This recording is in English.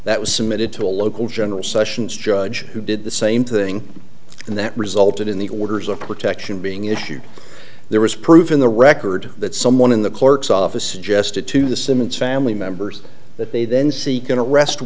that was submitted to a local general sessions judge who did the same thing and that resulted in the orders of protection being issued there was proof in the record that someone in the clerk's office suggested to the simmons family members that they then seek an arrest